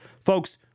Folks